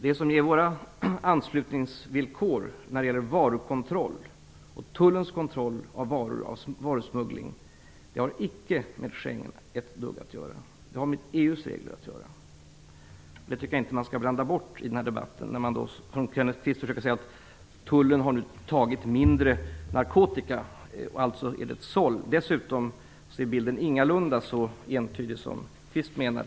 Det som gäller våra anslutningsvillkor när det gäller varukontroll och tullens kontroll av varusmuggling har inte ett dugg med Schengen att göra. Det har med EU:s regler att göra. Jag tycker inte att man skall blanda ihop detta i den här debatten. Kenneth Kvist försökte säga att tullen har tagit mindre narkotika och att det alltså skulle vara ett såll. Dessutom är bilden ingalunda så entydig som Kenneth Kvist menar.